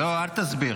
--- לא, אל תסביר.